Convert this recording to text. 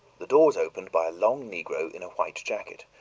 the door was opened by a long negro in a white jacket,